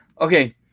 Okay